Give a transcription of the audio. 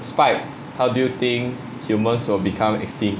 spike how do you think humans will become extinct